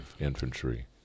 infantry